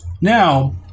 Now